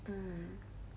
mm